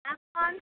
آپ کون